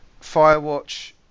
Firewatch